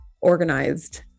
organized